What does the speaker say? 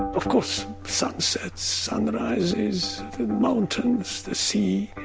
of course sunsets, sunrises, the mountains, the sea,